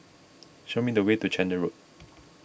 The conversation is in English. show me the way to Chander Road